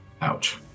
Ouch